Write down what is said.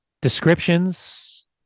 descriptions